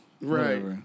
Right